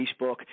Facebook